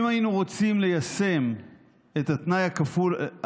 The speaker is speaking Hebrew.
אם היינו רוצים ליישם את הכפול,